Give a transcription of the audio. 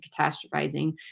catastrophizing